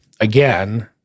again